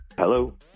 Hello